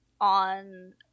on –